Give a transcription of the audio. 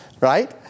right